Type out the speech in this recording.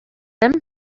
him